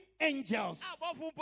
angels